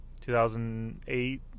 2008